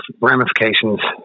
ramifications